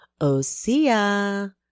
Osea